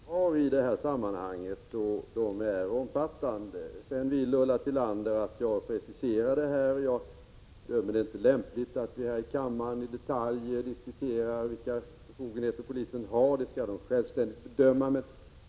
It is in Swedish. Herr talman! Jag har i mitt svar tydligt angett vilka befogenheter polisen har i detta sammanhang — och de är omfattande. Ulla Tillander vill att jag preciserar dem, men jag bedömer det inte som lämpligt att här i kammaren diskutera vilka befogenheter polisen har. Polisen skall självständigt bedöma detta.